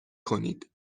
کنید